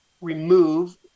remove